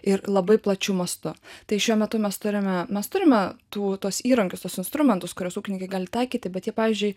ir labai plačiu mastu tai šiuo metu mes turime mes turime tų tuos įrankius tuos instrumentus kuriuos ūkininkai gali taikyti bet jie pavyzdžiui